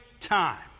time